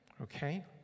okay